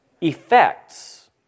effects